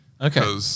Okay